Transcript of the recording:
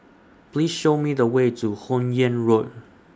Please Show Me The Way to Hun Yeang Road